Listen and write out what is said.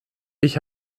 ich